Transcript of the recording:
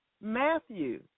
Matthew